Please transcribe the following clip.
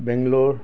বেংল'ৰ